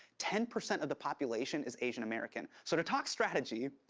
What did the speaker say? ten percent of the population is asian american. so, to talk strategy,